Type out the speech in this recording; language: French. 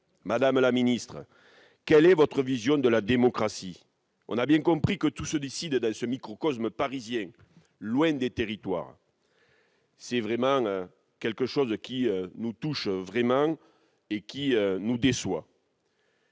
Madame la ministre, quelle est votre vision de la démocratie ? On a bien compris que tout se décide dans ce microcosme parisien, loin des territoires. Cela nous touche et nous déçoit.